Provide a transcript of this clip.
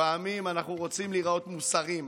לפעמים אנחנו רוצים להיראות מוסריים,